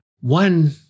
One